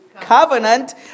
covenant